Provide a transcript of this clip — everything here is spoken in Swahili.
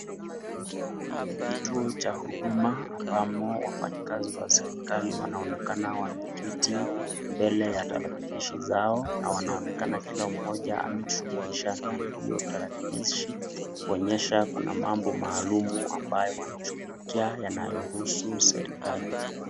Kwenye kituo cha huduma ambamo wafanyikazi wa serikali wanaonekana wameketi mbele ya tarakilishi zao, na wanaonekana kila mmoja amejushughulisha na hio tarakilishi, kuonyesha kuna mambo maalumu ambayo wanashughulikia yanayohusu serikali.